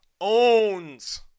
owns